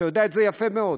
אתה יודע את זה יפה מאוד.